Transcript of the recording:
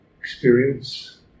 experience